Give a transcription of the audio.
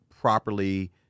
properly